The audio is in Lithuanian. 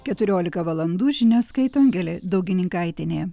keturiolika valandų žinias skaito angelė daugininkaitienė